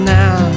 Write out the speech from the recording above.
now